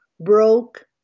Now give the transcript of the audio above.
broke